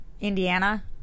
Indiana